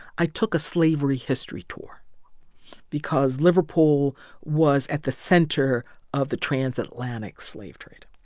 i took a slavery history tour because liverpool was at the center of the transatlantic slave trade.